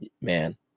man